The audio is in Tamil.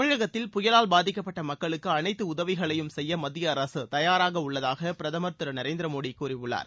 தமிழகத்தில் புயலால் பாதிக்கப்பட்ட மக்களுக்கு அனைத்து உதவிகளையும் செய்ய மத்திய அரசு தயாராக உள்ளதாக பிரதமர் திரு நரேந்திர மோடி கூறியுள்ளார்